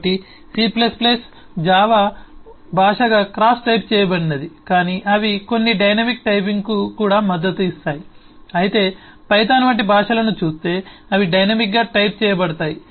కాబట్టి C Java భాషగా cross type చేయబడినది కాని అవి కొన్ని డైనమిక్ టైపింగ్కు కూడా మద్దతు ఇస్తాయి అయితే పైథాన్ వంటి భాషలను చూస్తే అవి డైనమిక్గా టైప్ చేయబడతాయి